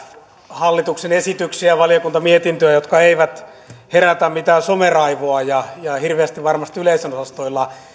hallituksen esityksiä ja valiokuntamietintöjä jotka eivät herätä mitään someraivoa eivätkä hirveästi varmaan yleisönosastoille